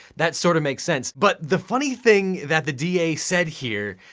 that sort of makes sense. but the funny thing that the da said here,